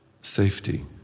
safety